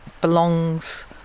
belongs